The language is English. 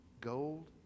gold